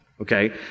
okay